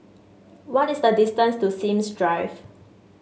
what is the distance to Sims Drive